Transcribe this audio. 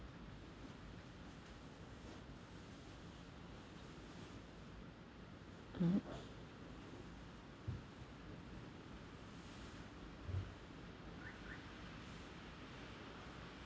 mmhmm